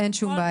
אין שום בעיה.